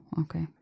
okay